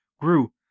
grew